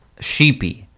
Sheepy